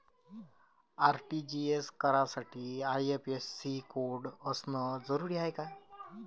RTGS करासाठी IFSC code असनं जरुरीच हाय का?